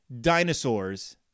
dinosaurs